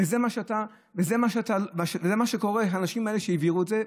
וזה מה שקורה עם האנשים האלה שהעבירו את זה,